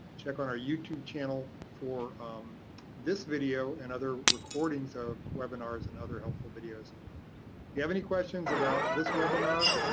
check on our youtube channel for this video and other recordings of webinars and other helpful videos. if you have any questions about this webinar,